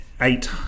Eight